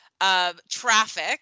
Traffic